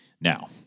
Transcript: Now